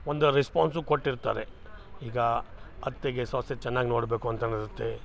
ಒಂದು ರೆಸ್ಪಾನ್ಸು ಕೊಟ್ಟಿರ್ತಾರೆ ಈಗ ಅತ್ತೆಗೆ ಸೊಸೆ ಚೆನ್ನಾಗಿ ನೋಡಬೇಕು ಅಂತ ಅನ್ನೋದ್ ಇರುತ್ತೆ